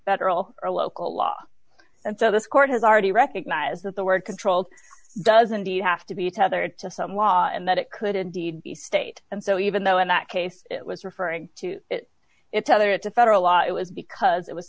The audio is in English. federal or local law and so this court has already recognized that the word control doesn't he have to be tethered to some law and that it could indeed be state and so even though in that case it was referring to it's other it's a federal law it was because it was